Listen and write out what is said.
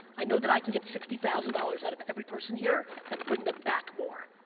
i know that i can get sixty thousand dollars out of every person here, and bring them back more.